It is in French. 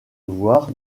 voir